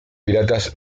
piratas